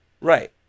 Right